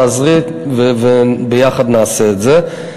תעזרי, וביחד נעשה את זה.